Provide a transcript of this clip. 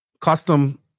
Custom